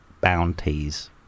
bounties